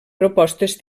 propostes